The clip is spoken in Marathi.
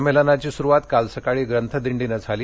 संमेलनाची सुरुवात काल सकाळी ग्रंथ दिंडीनं झाली